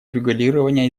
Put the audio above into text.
урегулирования